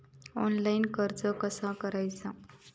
Online कर्ज कसा करायचा?